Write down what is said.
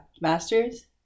master's